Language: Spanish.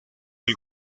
del